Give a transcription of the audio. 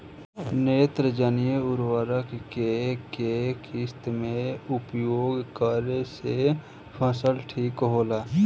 नेत्रजनीय उर्वरक के केय किस्त मे उपयोग करे से फसल ठीक होला?